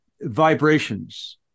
vibrations